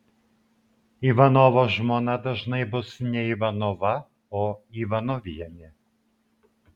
ivanovo žmona dažnai bus ne ivanova o ivanovienė